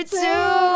two